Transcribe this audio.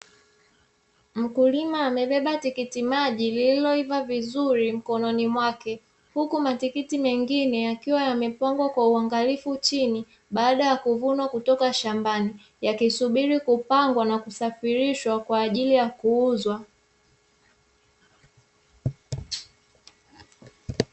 Mkulima amebeba tikitimaji lililoiva vizuri mkononi mwake, huku matikiti mengine yakiwa yamepangwa kwa uangalifu chini baada ya kuvunwa kutoka shambani, yakisubiri kupangwa na kusafirishwa kwa ajili ya kuuzwa.